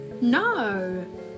No